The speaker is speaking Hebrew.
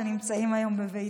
שנמצאים היום בביתי.